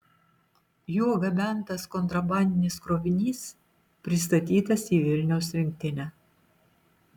juo gabentas kontrabandinis krovinys pristatytas į vilniaus rinktinę